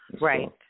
Right